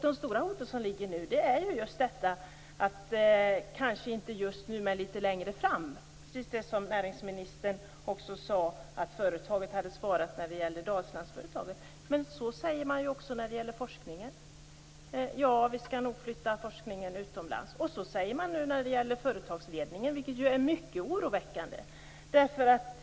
De stora hoten nu ligger kanske litet längre fram, precis som näringsministern sade angående Dalslandsföretaget. Men så säger man också i fråga om forskningen. Forskningen skall nog flytta utomlands. Så säger man nu om företagsledningen, vilket är mycket oroväckande.